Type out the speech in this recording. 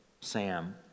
Sam